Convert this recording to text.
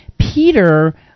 Peter